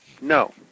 No